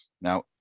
Now